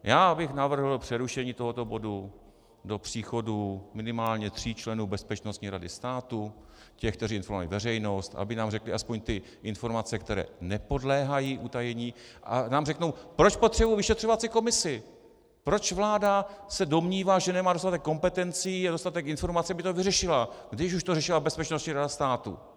Já bych navrhl přerušení tohoto bodu do příchodu minimálně tří členů Bezpečnostní rady státu, těch, kteří informovali veřejnost, aby nám řekli aspoň ty informace, které nepodléhají utajení, a ať nám řeknou, proč potřebují vyšetřovací komisi, proč vláda se domnívá, že nemá dostatek kompetencí a dostatek informací, aby to vyřešila, když už to řešila Bezpečnostní rada státu!